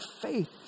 faith